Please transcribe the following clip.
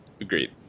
agreed